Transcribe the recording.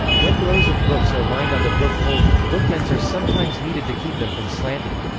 when rows of books are lined on a book holder, bookends are sometimes needed to keep them from slanting.